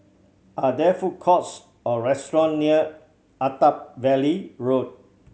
are there food courts or restaurant near Attap Valley Road